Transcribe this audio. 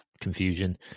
confusion